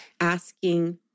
Asking